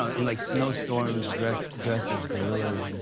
ah and like snow storms dressed dressed as gillas. and